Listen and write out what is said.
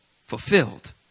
fulfilled